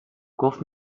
گفت